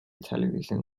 television